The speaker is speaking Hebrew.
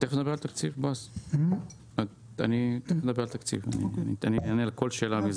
תכף נדבר על תקציב, ואני אענה על כל שאלה.